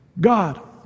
God